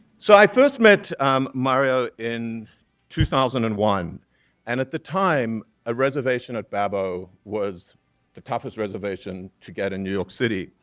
so, i first met mario in two thousand and one and at the time, a reservation at babbo was the toughest reservation to get in new york city.